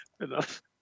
enough